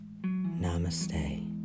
Namaste